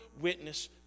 witness